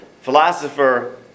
philosopher